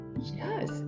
Yes